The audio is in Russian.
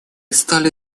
стали